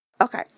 Okay